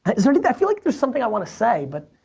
is there anything, i feel like there's something i wanna say but,